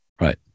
Right